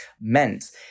meant